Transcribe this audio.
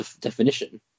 definition